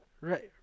Right